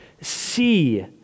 see